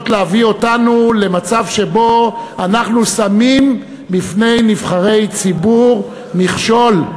להביא אותנו למצב שבו אנחנו שמים בפני נבחרי ציבור מכשול.